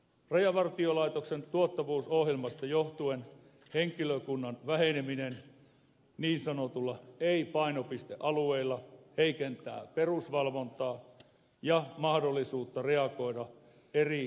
rajavartiolaitoksen tuottavuusohjelmasta johtuen henkilökunnan väheneminen niin sanotuilla ei painopistealueilla heikentää perusvalvontaa ja mahdollisuutta reagoida eri valvontatilanteisiin